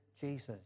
Jesus